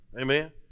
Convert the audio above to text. amen